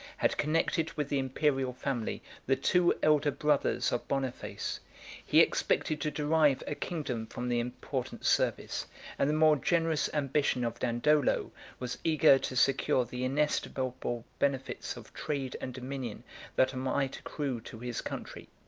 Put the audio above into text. had connected with the imperial family the two elder brothers of boniface he expected to derive a kingdom from the important service and the more generous ambition of dandolo was eager to secure the inestimable benefits of trade and dominion that might accrue to his country.